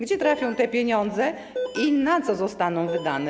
Gdzie trafią te pieniądze i na co zostaną wydane?